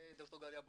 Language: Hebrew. וד"ר גליה בונה,